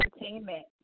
Entertainment